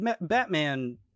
batman